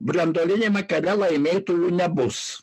branduoliniame kare laimėtojų nebus